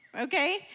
okay